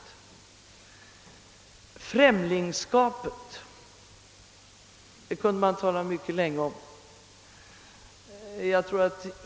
Främlingsskapet kunde man tala mycket länge om.